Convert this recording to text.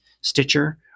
Stitcher